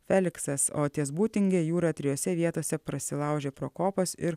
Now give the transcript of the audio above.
feliksas o ties būtinge jūra trijose vietose prasilaužė pro kopas ir